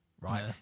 right